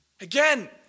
Again